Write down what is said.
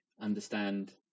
understand